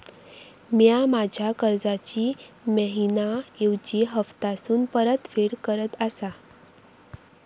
म्या माझ्या कर्जाची मैहिना ऐवजी हप्तासून परतफेड करत आसा